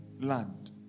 land